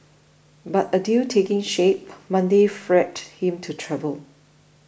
but a deal taking shape Monday freed him to travel